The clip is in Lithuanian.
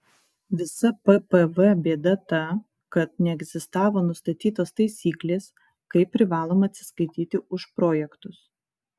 visa ppv bėda ta kad neegzistavo nustatytos taisyklės kaip privaloma atsiskaityti už projektus